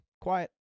Quiet